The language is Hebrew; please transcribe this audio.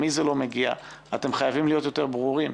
למי זה לא מגיע אתם חייבים להיות יותר ברורים.